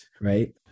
right